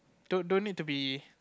don't don't need to be